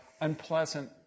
unpleasant